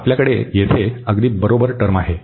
तर आपल्याकडे येथे अगदी बरोबर टर्म आहे